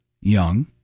young